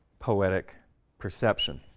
poetic perception.